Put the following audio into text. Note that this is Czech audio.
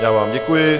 Já vám děkuji.